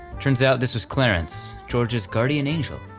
turns out this was clarence, george's guardian angel,